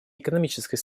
экономической